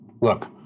look